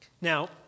Now